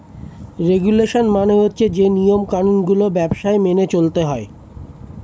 regulation মানে হচ্ছে যে নিয়ম কানুন গুলো ব্যবসায় মেনে চলতে হয়